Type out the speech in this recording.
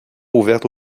ouverte